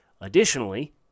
Additionally